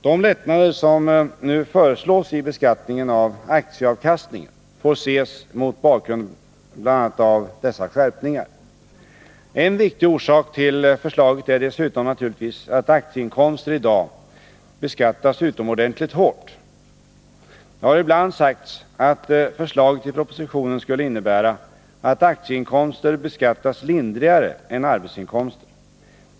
De lättnader som nu föreslås i beskattningen av aktieavkastningarna får ses mot bakgrund bl.a. av dessa skärpningar. En viktig orsak till förslaget är dessutom naturligtvis att aktieinkomster i dag beskattas utomordentligt hårt. Det har ibland sagts att förslaget i propositionen skulle innebära att aktieinkomster beskattas lindrigare än arbetsinkomster.